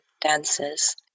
dances